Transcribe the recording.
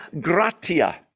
gratia